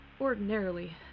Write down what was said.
Ordinarily